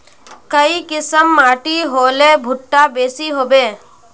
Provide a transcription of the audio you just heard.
काई किसम माटी होले भुट्टा बेसी होबे?